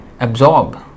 absorb